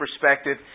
perspective